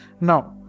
Now